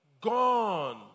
gone